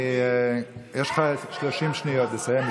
יש לך 30 שניות לסיים,